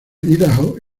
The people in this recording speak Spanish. idaho